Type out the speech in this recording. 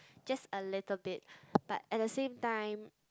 just a little bit but at the same time